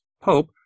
pope